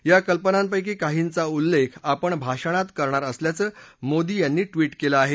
या कल्पनांपैकी काहींचा उल्लेख आपण भाषणात करणार असल्याचं मोदी यांनी ट्वीट केलं आहे